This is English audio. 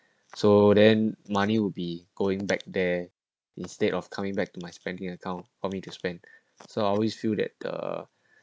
so then money will be going back there instead of coming back to my spending account for me to spend so I always feel that the